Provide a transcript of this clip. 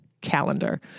calendar